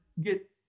get